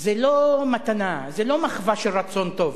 זה לא מתנה, זה לא מחווה של רצון טוב.